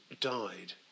died